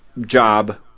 job